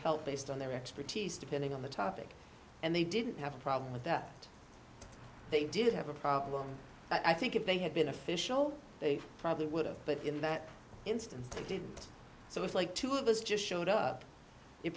help based on their expertise depending on the topic and they didn't have a problem with that they did have a problem but i think if they had been official they probably would have but in that instance they did so it's like two of us just showed up it